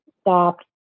stopped